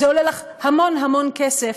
זה עולה לך המון המון כסף,